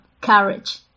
courage